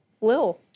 Lil